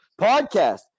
podcast